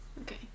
Okay